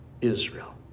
Israel